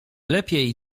lepiej